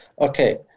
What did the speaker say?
Okay